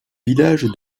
village